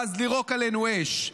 ואז לירוק עלינו אש.